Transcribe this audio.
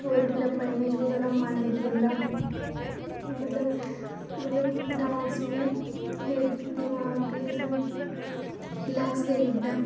होर मेरा पढ़ने च बी थोह्ड़ा मन लग्गी जंदा मतलब मतलब डांस मिगी मेरे दिमाग दी असें गी रिलेक्स करी ओड़दा ऐ